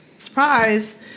Surprise